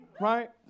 Right